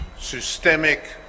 systemic